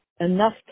enough